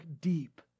deep